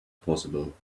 possible